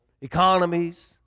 economies